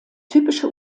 typische